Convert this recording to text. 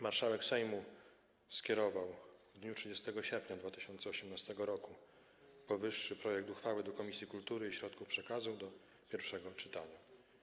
Marszałek Sejmu skierował w dniu 30 sierpnia 2018 r. powyższy projekt uchwały do Komisji Kultury i Środków Przekazu do pierwszego czytania.